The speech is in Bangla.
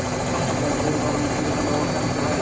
অস্ট্রেলিয়ান গরু পালনে কি রকম ব্যবস্থা নিতে হয়?